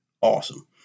awesome